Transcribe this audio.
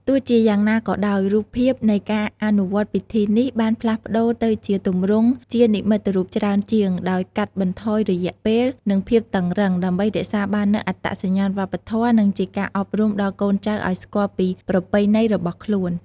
ទោះជាយ៉ាងណាក៏ដោយ រូបភាពនៃការអនុវត្តពិធីនេះបានផ្លាស់ប្តូរទៅជាទម្រង់ជានិមិត្តរូបច្រើនជាង ដោយកាត់បន្ថយរយៈពេល និងភាពតឹងរ៉ឹង ដើម្បីរក្សាបាននូវអត្តសញ្ញាណវប្បធម៌ និងជាការអប់រំដល់កូនចៅឱ្យស្គាល់ពីប្រពៃណីរបស់ខ្លួន។